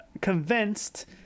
convinced